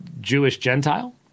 Jewish-Gentile